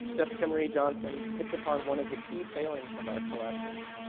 jessica marie johnson hits upon one of the key sailings of our collections,